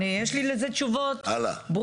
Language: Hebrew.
יש לי לזה תשובות ברורות.